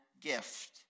gift